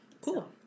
Cool